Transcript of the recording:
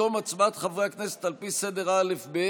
בתום הצבעת חברי הכנסת, על פי סדר האל"ף-בי"ת,